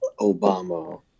Obama